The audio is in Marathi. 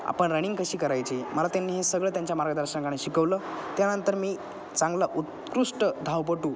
आपण रनिंग कशी करायची मला त्यांनी हे सगळं त्यांच्या मार्गदर्शन शिकवलं त्यानंतर मी चांगला उत्कृष्ट धावपटू